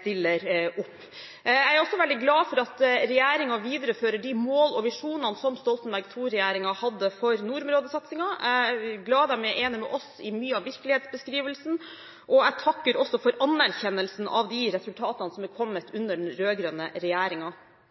stiller opp. Jeg er også veldig glad for at regjeringen viderefører de mål og visjoner som Stoltenberg II-regjeringen hadde for nordområdesatsingen. Jeg er glad de er enige med oss i mye av virkelighetsbeskrivelsen, og jeg takker også for anerkjennelsen av de resultatene som er kommet under den